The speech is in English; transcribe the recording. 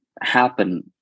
happen